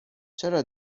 چرا